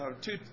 two